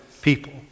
people